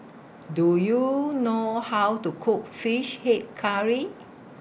Do YOU know How to Cook Fish Head Curry